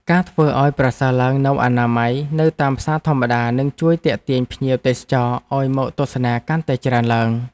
ការធ្វើឱ្យប្រសើរឡើងនូវអនាម័យនៅតាមផ្សារធម្មតានឹងជួយទាក់ទាញភ្ញៀវទេសចរឱ្យមកទស្សនាកាន់តែច្រើនឡើង។